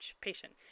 patient